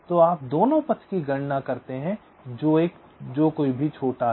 तो आप दोनों पथ की गणना करते हैं जो एक छोटा है